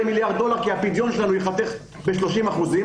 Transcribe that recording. מיליארד דולר כי הפדיון שלנו ייחתך ב-30 אחוזים.